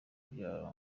byo